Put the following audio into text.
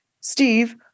Steve